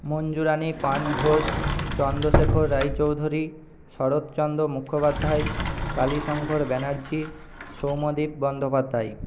মঞ্জুরাণী পান ঘোস চন্দশেখর রায়চৌধুরী শরৎচন্দ্র মুখোপাধ্যায় কালীশঙ্কর ব্যানার্জী সৌম্যদীপ বন্দ্যোপাধ্যায়